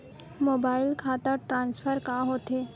Mobile खाता transfer का होथे?